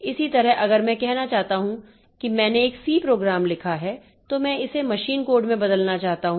इसी तरह अगर मैं कहना चाहता हूं कि मैंने एक सी प्रोग्राम लिखा है तो मैं इसे मशीन कोड में बदलना चाहता हूं